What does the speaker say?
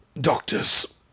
Doctors